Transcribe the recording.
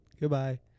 Goodbye